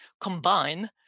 combine